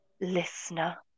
listener